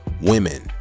women